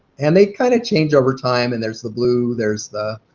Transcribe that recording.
and they kind of change over time. and there's the blue, there's the